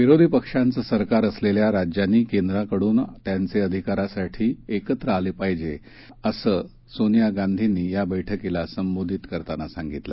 विरोधी पक्षांचे सरकार असलेल्या राज्यांनी केंद्राकडून त्यांचे अधिकारांसाठी एकत्र आलं पाहिजे असं सोनिया गांधींनी या बैठकीला संबोधित करताना सांगितलं